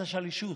ליד השלישות,